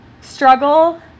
struggle